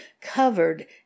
covered